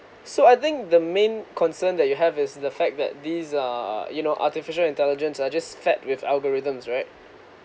so I think the main concern that you have is the fact that these err you know artificial intelligence are just fed with algorithms right